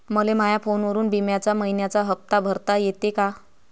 मले माया फोनवरून बिम्याचा मइन्याचा हप्ता भरता येते का?